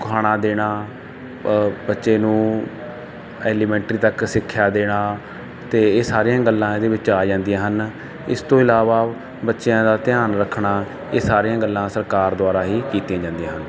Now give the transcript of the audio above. ਖਾਣਾ ਦੇਣਾ ਬੱਚੇ ਨੂੰ ਐਲੀਮੈਂਟਰੀ ਤੱਕ ਸਿੱਖਿਆ ਦੇਣਾ ਅਤੇ ਇਹ ਸਾਰੀਆਂ ਗੱਲਾਂ ਇਹਦੇ ਵਿੱਚ ਆ ਜਾਂਦੀਆਂ ਹਨ ਇਸ ਤੋਂ ਇਲਾਵਾ ਬੱਚਿਆਂ ਦਾ ਧਿਆਨ ਰੱਖਣਾ ਇਹ ਸਾਰੀਆਂ ਗੱਲਾਂ ਸਰਕਾਰ ਦੁਆਰਾ ਹੀ ਕੀਤੀਆਂ ਜਾਂਦੀਆਂ ਹਨ